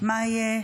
מה יהיה?